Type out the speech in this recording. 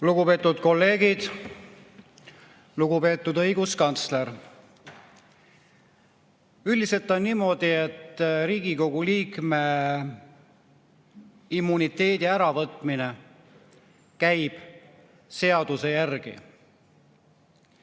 Lugupeetud kolleegid! Lugupeetud õiguskantsler! Üldiselt on niimoodi, et Riigikogu liikme immuniteedi äravõtmine käib seaduse järgi.